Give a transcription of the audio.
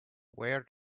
where